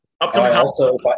Upcoming